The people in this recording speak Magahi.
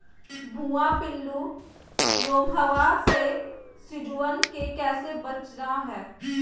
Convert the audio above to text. भुवा पिल्लु, रोमहवा से सिजुवन के कैसे बचाना है?